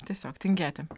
tiesiog tingėti